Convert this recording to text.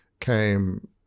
came